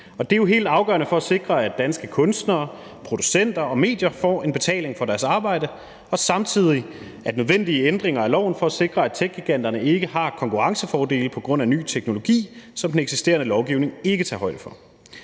Det er jo helt afgørende for at sikre, at danske kunstnere, producenter og medier får en betaling for deres arbejde, og det er samtidig nødvendige ændringer af loven for at sikre, at techgiganterne ikke har konkurrencefordele på grund af ny teknologi, som den eksisterende lovgivning ikke tager højde for.